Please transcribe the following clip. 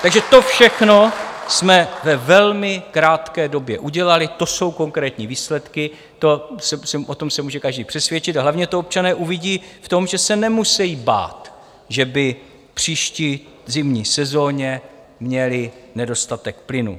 Takže to všechno jsme ve velmi krátké době udělali, to jsou konkrétní výsledky, o tom se může každý přesvědčit, a hlavně to občané uvidí v tom, že se nemusejí bát, že by v příští zimní sezoně měli nedostatek plynu.